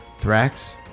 Thrax